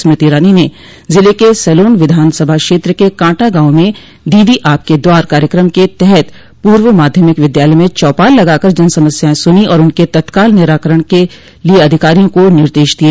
स्मृति ईरानी ने जिले के सलोन विधान सभा क्षेत्र के कॉटा गाँव में दीदी आपके द्वार कार्यक्रम के तहत पूर्व माध्यमिक विद्यालय में चौपाल लगाकर जनसमस्यायें सुनी और उनके तत्काल निराकरण कराने के अधिकारियों को निर्देश दिये